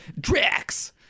Drax